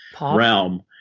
realm